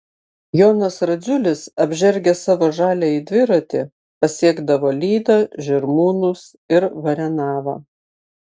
jonas radziulis apžergęs savo žaliąjį dviratį pasiekdavo lydą žirmūnus ir varenavą